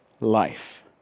life